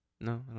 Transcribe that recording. no